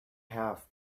have